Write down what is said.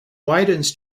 widens